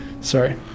Sorry